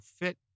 fit